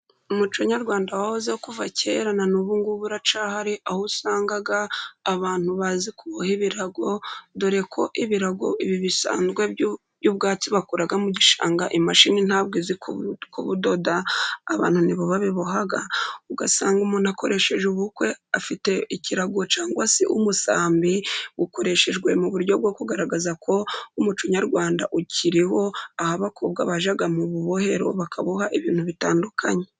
Umuco nyarwanda wahozeho kuva kera na n'ubu ngubu uracyahari, aho usangaga abantu bazi kuboha ibirago dore ko ibirago bisanzwe by'ubwatsi bakura mu gishanga, imashini ntabwo izi kubudoda abantu nibo babiboha, ugasanga umuntu akoresheje ubukwe afite ikirago, cyangwa se umusambi ukoreshejwe mu buryo bwo kugaragaza ko umuco nyarwanda ukiriho, aho abakobwa bajyaga mu rubohero bakaboha ibintu bitandukanye.